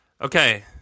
Okay